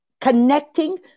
connecting